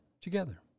together